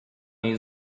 jej